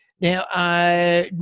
Now